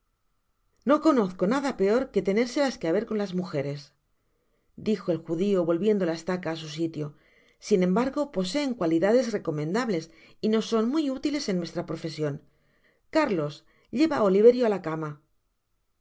no conozco nada peor que tenérselas que haber con las mugeres dijo el judio volviendo la estaca á su sitio sin embargo poseen cualidades recomendables y nos son muy útiles en nuestra profesion cárlos lleva oliverio á la cama